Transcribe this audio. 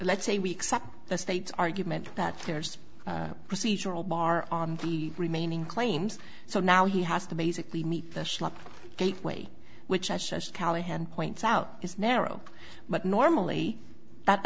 let's say we accept the state's argument that there's a procedural bar on the remaining claims so now he has to basically meet the gateway which i shushed callahan points out is narrow but normally that